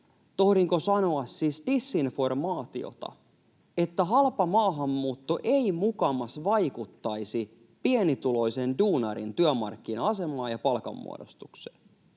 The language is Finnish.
tohdinko sanoa, disinformaatiota, että halpamaahanmuutto ei mukamas vaikuttaisi pienituloisen duunarin työmarkkina-asemaan ja palkanmuodostukseen.